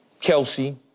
Kelsey